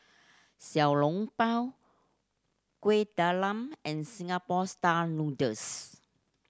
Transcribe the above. Xiao Long Bao Kueh Talam and Singapore Style Noodles